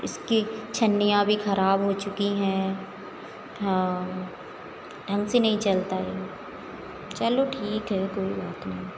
इसकी छन्नियाँ भी खराब हो चुकी हैं हाँ ढंग से नहीं चलता है चलो ठीक है कोई बात नहीं